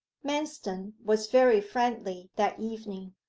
manston was very friendly that evening.